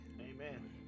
Amen